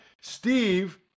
Steve